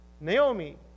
naomi